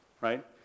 Right